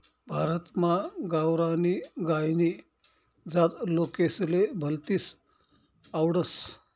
भारतमा गावरानी गायनी जात लोकेसले भलतीस आवडस